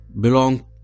belong